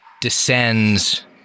descends